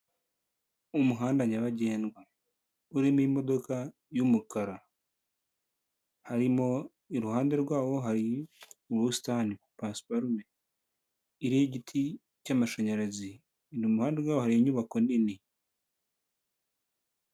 Umuhanda nyabagendwa urimo imodoka y'umukara harimo iruhande rwawo hari ubusitani pasiparume iriho igiti cyamashanyarazi irihande rwawo hari inyubako nini.